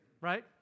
right